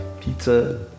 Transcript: Pizza